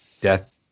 death